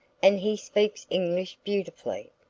and he speaks english beautifully.